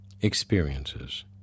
experiences